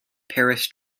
parish